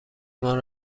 مان